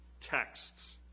texts